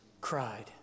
cried